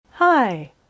Hi